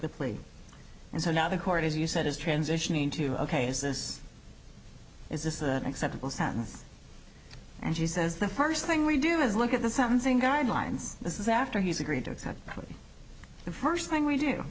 the plea and so now the court as you said is transitioning to ok is this is this an acceptable sentence and she says the first thing we do is look at the sentencing guidelines this is after he's agreed to accept the first thing we do